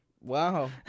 Wow